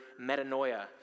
metanoia